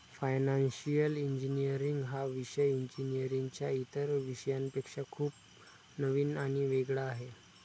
financial engineering हा विषय इंजिनीअरिंगच्या इतर विषयांपेक्षा खूप नवीन आणि वेगळा आहे